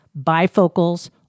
bifocals